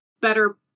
better